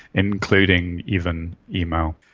including even email.